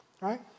right